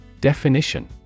Definition